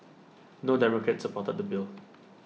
no democrats supported the bill